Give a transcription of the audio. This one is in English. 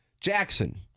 Jackson